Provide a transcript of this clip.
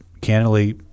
candidly